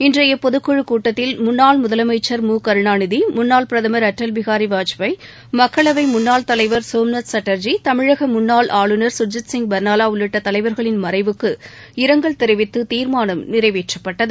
இன்றையபொதுக்குழுக் கூட்டத்தில் முன்னாள் முதலமைச்ச் மு கருணாநிதி முன்னாள் பிரதம் அடல் பிகாரிவாஜ்பாய் மக்களவைமுன்னாள் தலைவர் சோம்நாத் சாட்டர்ஜி தமிழகமுன்னாள் ஆளுநர் சர்ஜித்சிங் பா்னாலாஉள்ளிட்டதலைவா்களின் மறைவுக்கு இரங்கல் தெரிவித்ததீா்மானம் நிறைவேற்றப்பட்டது